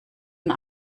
und